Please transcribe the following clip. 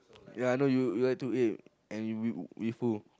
ya I know you you have to eat and and with who